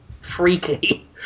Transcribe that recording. freaky